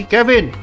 Kevin